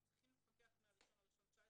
אנחנו צריכים לפקח החל מה-1 בינואר 2019